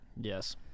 Yes